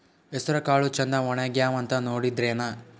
ಹೆಸರಕಾಳು ಛಂದ ಒಣಗ್ಯಾವಂತ ನೋಡಿದ್ರೆನ?